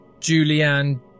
Julianne